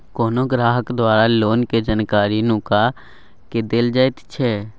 कोनो ग्राहक द्वारा लोनक जानकारी नुका केँ देल जाएत छै